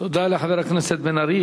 תודה לחבר הכנסת בן-ארי.